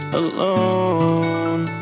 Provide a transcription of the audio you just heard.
alone